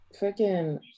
Freaking